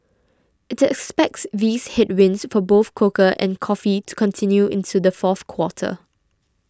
it expects these headwinds for both cocoa and coffee to continue into the fourth quarter